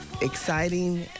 exciting